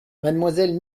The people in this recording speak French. mademoiselle